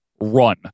run